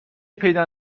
پیدا